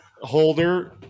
Holder